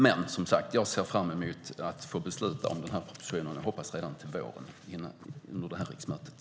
Men, som sagt, jag ser fram emot att få besluta om propositionen, förhoppningsvis redan till våren, alltså under det här riksmötet.